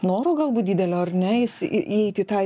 noro galbūt didelio ar ne įs įeiti į tą